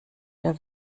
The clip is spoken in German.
der